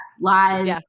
Lies